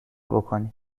بکنی